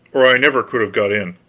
or i never could have got in.